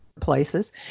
places